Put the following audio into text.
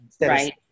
right